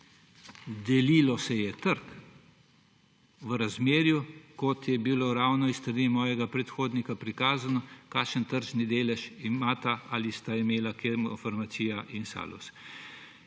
delilo se je trg v razmerju, kot je bilo ravno s strani mojega predhodnika prikazano, kakšen tržni delež imata ali sta imela Kemofarmacija in Salus.